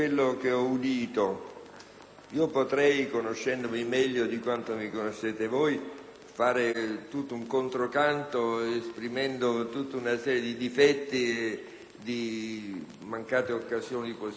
Potrei - conoscendomi meglio di quanto mi conoscete voi - fare tutto un controcanto, riferendo tutta una serie di difetti e di mancate occasioni positive che